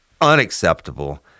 Unacceptable